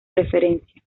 referencia